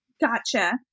Gotcha